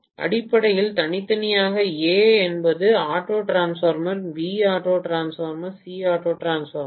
மாணவர் அடிப்படையில் தனித்தனியாக A என்பது auto transformer B auto transformer C auto transformer